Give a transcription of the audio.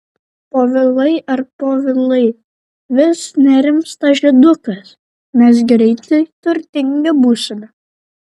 povilai ai povilai vis nerimsta žydukas mes greitai turtingi būsime